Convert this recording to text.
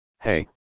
Hey